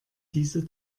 diese